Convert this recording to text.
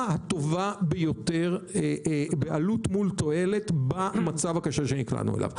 הטובה ביותר של עלות מול תועלת במצב הקשה שנקלענו אליו.